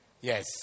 Yes